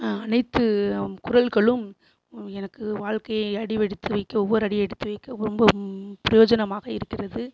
அனைத்து குறள்களும் எனக்கு வாழ்க்கையை அடிவெடுத்து வைக்க ஒவ்வொரு அடி எடுத்து வைக்க ரொம்ப பிரயோஜனமாக இருக்கிறது